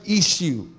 issue